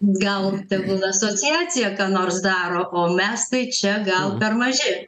gal tegul asociacija ką nors daro o mes tai čia gal per maži